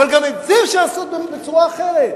אבל גם את זה אפשר לעשות בצורה אחרת,